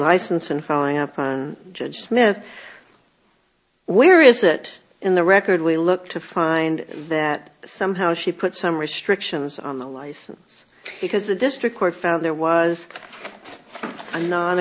license and following up on judge smith where is it in the record we look to find that somehow she put some restrictions on the license because the district court found there was i'm no